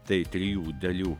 tai trijų dalių